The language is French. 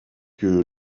que